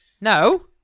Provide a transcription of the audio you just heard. No